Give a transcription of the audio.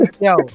yo